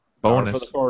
Bonus